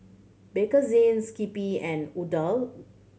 Bakerzin Skippy and Odlo